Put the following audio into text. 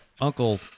uncle